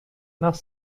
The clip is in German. nach